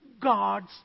God's